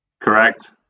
Correct